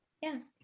yes